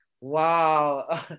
Wow